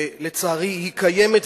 ולצערי היא קיימת,